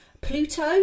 Pluto